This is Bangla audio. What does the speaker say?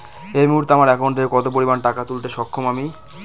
এই মুহূর্তে আমার একাউন্ট থেকে কত পরিমান টাকা তুলতে সক্ষম আমি?